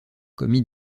commis